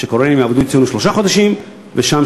שקוריאנים יעבדו אצלנו שלושה חודשים ושם,